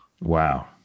Wow